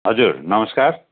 हजुर नमस्कार